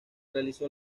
realizó